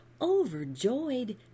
overjoyed